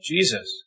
Jesus